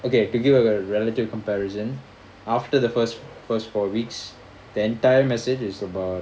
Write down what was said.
okay to give a relative comparison after the first first four weeks the entire message is about